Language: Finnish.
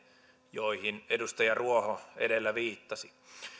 joihin edustaja ruoho edellä viittasi